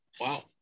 Wow